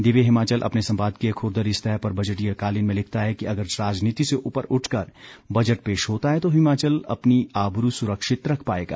दिव्य हिमाचल अपने संपादकीय खुरदरी सतह पर बजटीय कालीन में लिखता है कि अगर राजनीति से उपर उठकर बजट पेश होता है तो हिमाचल अपनी आबरू सुरक्षित रख पाएगा